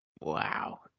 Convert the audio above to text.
wow